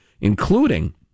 including